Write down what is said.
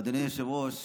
אדוני היושב-ראש,